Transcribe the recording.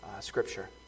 scripture